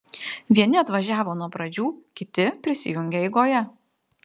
vieni atvažiavo nuo pradžių kiti prisijungė eigoje